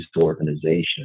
organization